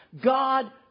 God